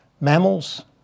mammals